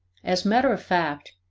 as matter of fact,